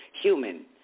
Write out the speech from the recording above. Human